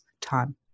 time